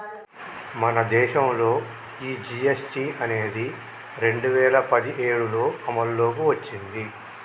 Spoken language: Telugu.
మన దేసంలో ఈ జీ.ఎస్.టి అనేది రెండు వేల పదిఏడులో అమల్లోకి ఓచ్చింది